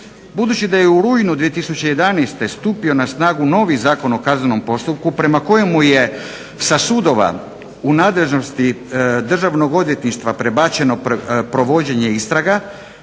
Budući da je u rujnu 2011. stupio na snagu novi Zakon o kaznenom postupku prema kojemu je sa sudova u nadležnosti državnog odvjetništva prebačeno provođenje istraga